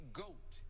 goat